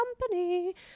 company